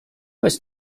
was